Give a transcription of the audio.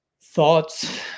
thoughts